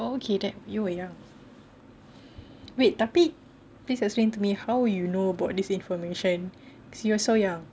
oh okay that you were young wait tapi please explain to me how you know about this information you were so young